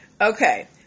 Okay